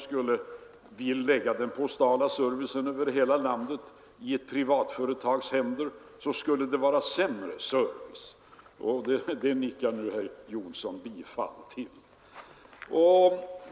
Skulle vi lägga den postala servicen över hela landet i ett privatföretags händer, är jag övertygad om att den servicen skulle vara sämre. — Detta nickar nu herr Jonsson bifall till.